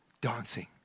dancing